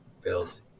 build